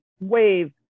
Wave